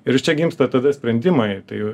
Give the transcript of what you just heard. ir čia gimsta tada sprendimai tai